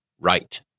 right